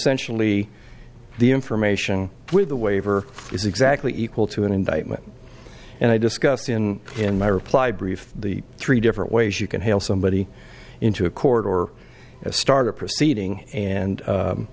sentially the information with the waiver is exactly equal to an indictment and i discussed in in my reply brief the three different ways you can help somebody into a court or start a proceeding and